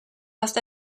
hast